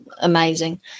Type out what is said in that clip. amazing